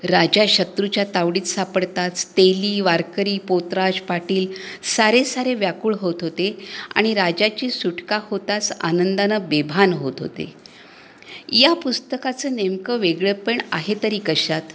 राजा शत्रुच्या तावडीत सापडताच तेली वारकरी पोतराज पाटील सारे सारे व्याकूळ होत होते आणि राजाची सुटका होताच आनंदानं बेभान होत होते या पुस्तकाचं नेमकं वेगळं पण आहे तरी कशात